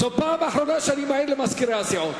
זאת הפעם האחרונה שאני מעיר למזכירי הסיעות.